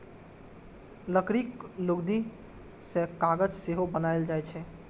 लकड़ीक लुगदी सं कागज सेहो बनाएल जाइ छै